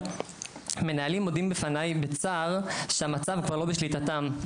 מנהלים מודים בפניי בצער שהמצב כבר לא בשליטתם.